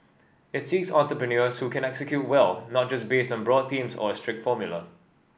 it seeks entrepreneurs who can execute well not just based on broad themes or a strict formula